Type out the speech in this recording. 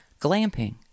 glamping